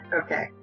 Okay